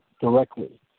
directly